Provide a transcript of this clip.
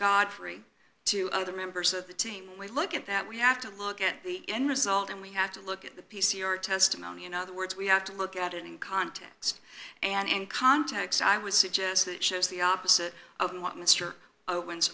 godfrey to other members of the team we look at that we have to look at the end result and we have to look at the p c r testimony in other words we have to look at it in context and in context i would suggest that shows the opposite of what mr o